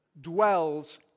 dwells